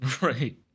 Right